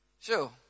Sure